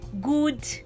good